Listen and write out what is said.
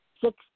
six